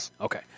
Okay